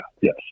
Yes